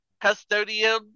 custodian